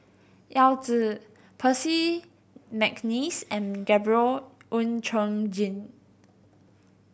Yao Zi Percy McNeice and Gabriel Oon Chong Jin